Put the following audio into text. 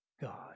God